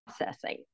processing